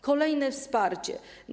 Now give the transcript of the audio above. Kolejne wsparcie.